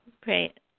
Great